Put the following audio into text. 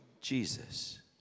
Jesus